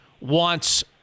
wants